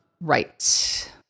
right